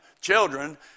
Children